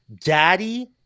daddy